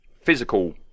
physical